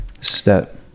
step